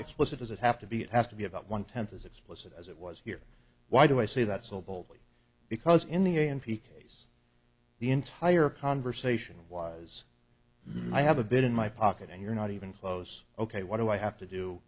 explicit does it have to be it has to be about one tenth as explicit as it was here why do i say that so boldly because in the n p case the entire conversation was i have a bit in my pocket and you're not even close ok what do i have to do